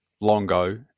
Longo